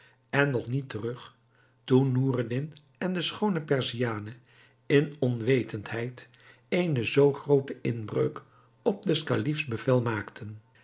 en nog niet terug toen noureddin en de schoone perziane in onwetendheid eene zoo groote inbreuk op des kalifs bevel maakten